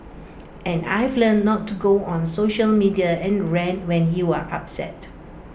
and I've learnt not to go on social media and rant when you're upset